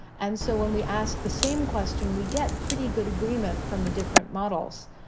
and so when we ask the same question, we get pretty good agreement from the different models.